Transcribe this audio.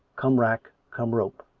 come rack! come rope!